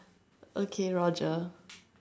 okay roger